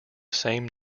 same